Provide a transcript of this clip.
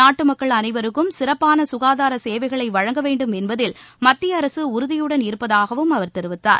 நாட்டு மக்கள் அனைவருக்கும் சிறப்பாள சுகாதார சேவைகளை வழங்க வேண்டும் என்பதில் மத்திய அரசு உறுதியுடன் இருப்பதாகவும் அவர் தெரிவித்தார்